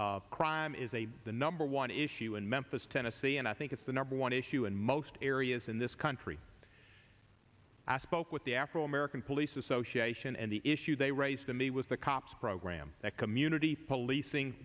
d crime is a the number one issue in memphis tennessee and i think it's the number one issue in most areas in this country as spoke with the afro american police association and the issue they raised to me was the cops program that community policing